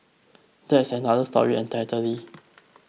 that's another story entirely